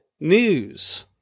news